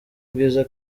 bwiza